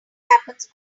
happens